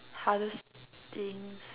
hardest things